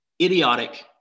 idiotic